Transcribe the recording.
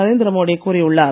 நரேந்திர மோடி கூறியுள்ளார்